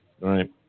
Right